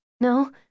No